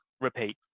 repeat